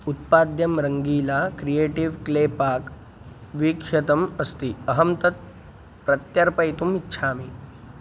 उत्पाद्यं Rangeela creative clay pack वीक्षतम् अस्ति अहं तत् प्रत्यर्पयितुम् इच्छामि